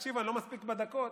אני לא מספיק בדקות.